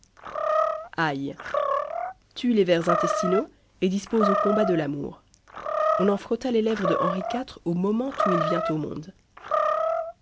ail tue les vers intestinaux et dispose aux combats de l'amour on en frotta les lèvres de henri iv au moment où il vient au monde